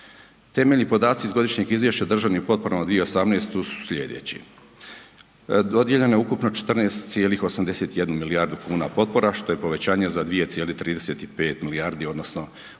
Temeljni podaci iz Godišnjeg izvješća o državnim potporama za 2018. su sljedeći: dodijeljeno je ukupno 14,81 milijardu kuna potpora što je povećanje za 2,35 milijardi odnosno